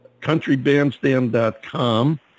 countrybandstand.com